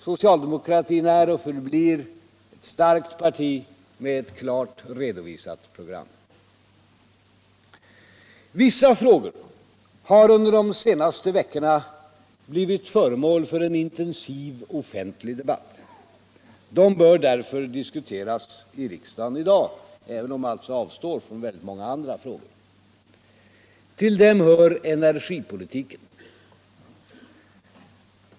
Socialdemokratin är och förblir ett starkt parti med ett klart redovisat program. Vissa frågor har under de senaste veekorna blivit föremål för en intensiv offentlig debatt. De bör därför diskuteras i riksdagen redan i dag, även om jag alltså avstår från väldigt många andra frågor. Till de frågor som bör diskuteras hör energipolitiken.